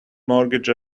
mortgage